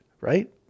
right